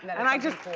and i just,